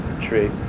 tree